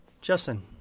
Justin